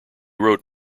wrote